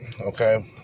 okay